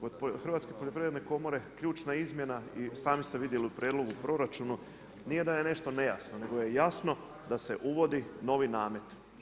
Kod Hrvatske poljoprivredne komore, ključna izmjena i sami ste vidjeli u prijedlogu, proračunu, nije da je nešto nejasno, nego je jasno da se uvodi novi namet.